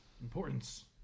importance